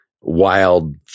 wild